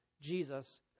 Jesus